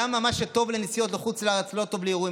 למה מה שטוב לנסיעות לחוץ לארץ לא טוב לאירועים?